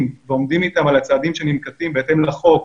ועומדים איתם על הצעדים שננקטים בהתאם לחוק,